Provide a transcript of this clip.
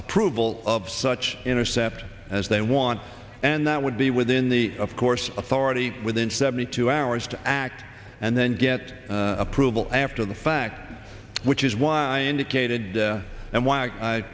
approval of such intercept as they want and that would be within the of course authority within seventy two hours to act and then get approval after the fact which is why i indicated and why i